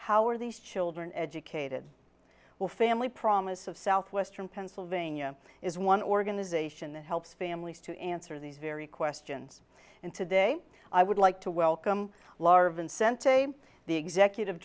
how are these children educated well family promise of southwestern pennsylvania is one organization that helps families to answer these very questions and today i would like to welcome